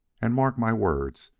and mark my words,